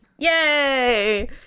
yay